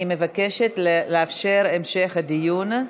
אני מבקשת לאפשר המשך הדיון.